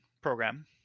program